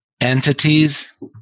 entities